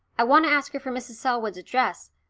i want to ask her for mrs. selwood's address.